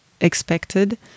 expected